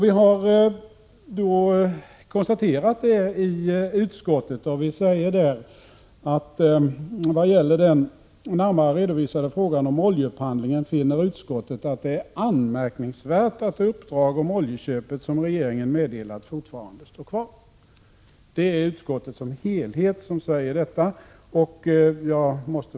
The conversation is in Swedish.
Vi har konstaterat detta i utskottet och säger att när det gäller den redovisade frågan om oljeupphandlingen finner utskottet att det är anmärkningsvärt att uppdrag om oljeköp som regeringen meddelade fortfarande står kvar. Det är utskottet som helhet som säger detta.